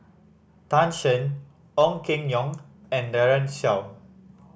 Tan Shen Ong Keng Yong and Daren Shiau